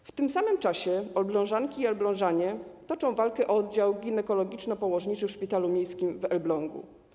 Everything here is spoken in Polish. W tym samym czasie elblążanki i elblążanie toczą walkę o oddział ginekologiczno-położniczy w szpitalu miejskim w Elblągu.